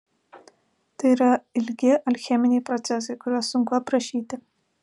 tai yra ilgi alcheminiai procesai kuriuos sunku aprašyti